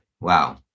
wow